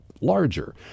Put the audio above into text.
larger